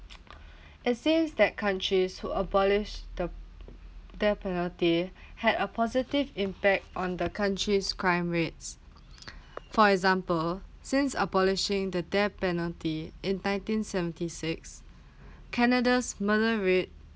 it seems that countries who abolished the death penalty had a positive impact on the country's crime rates for example since abolishing the death penalty in nineteen seventy six canada's murder rate